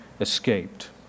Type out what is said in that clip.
escaped